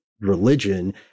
religion